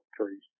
trees